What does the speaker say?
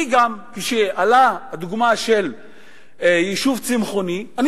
כשעלתה הדוגמה של יישוב צמחוני, אני